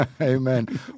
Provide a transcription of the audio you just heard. Amen